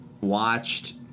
watched